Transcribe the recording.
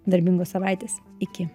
darbingos savaitės iki